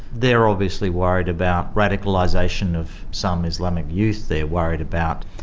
they're obviously worried about radicalisation of some islamic youth, they're worried about,